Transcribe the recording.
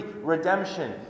redemption